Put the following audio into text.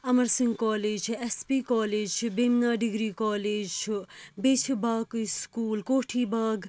Amar Singh college چھُ S P college چھُ Bemina degree college چھُ بیٚیہِ چھُ باقٕے سکوٗل کوٹھی باگ